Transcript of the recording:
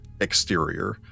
exterior